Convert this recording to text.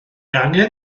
angen